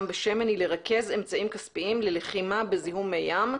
בשמן היא לרכז אמצעיים כספיים ללחימה בזיהום מי ים,